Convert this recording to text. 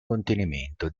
contenimento